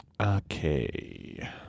Okay